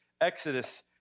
Exodus